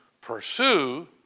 pursue